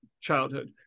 childhood